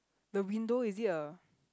the window is it a